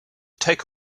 take